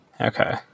Okay